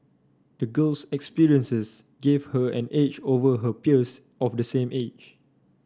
the girl's experiences gave her an edge over her peers of the same age